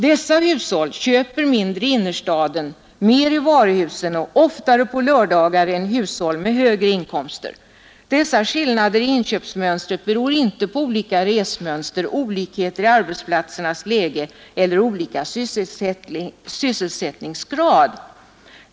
Dessa hushåll köper mindre i innerstaden, mer i varuhusen och oftare på lördagar än hushåll med högre inkomster. Dessa skillnader i inköpsmönstret beror inte på olika resmönster, olikheter i arbetsplatsernas läge eller olika sysselsättningsgrad.